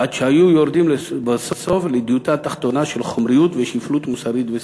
עד שהיו יורדים בסוף לדיוטה תחתונה של חומריות ושפלות מוסרית ושכלית.